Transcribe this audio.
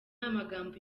amagambo